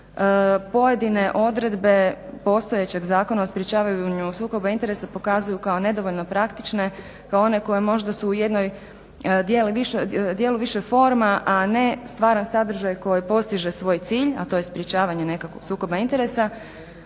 pojedine odredbe postojećeg Zakona o sprečavanju sukoba interesa pokazuju kao nedovoljno praktične, kao one koje možda su u jednom dijelu više forma a ne stvaran sadržaj koji postiže svoj cilj, a to je sprječavanje nekakvog sukoba interesa.